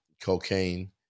cocaine